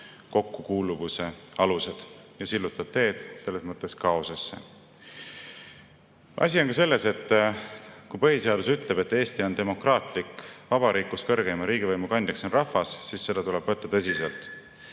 kokkukuuluvuse alused ja sillutab teed selles mõttes kaosesse. Asi on ka selles, et kui põhiseadus ütleb, et Eesti on demokraatlik vabariik, kus kõrgeima riigivõimu kandja on rahvas, siis seda tuleb võtta tõsiselt.